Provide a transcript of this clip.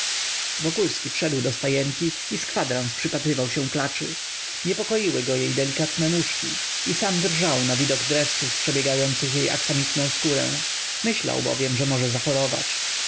szkło wokulski wszedł do stajenki i z kwadrans przypatrywał się klaczy niepokoiły go jej delikatne nóżki i sam drżał na widok dreszczów przebiegających jej aksamitną skórę myślał bowiem że może zachorować